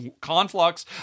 conflux